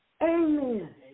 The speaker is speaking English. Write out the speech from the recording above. Amen